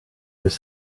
was